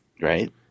Right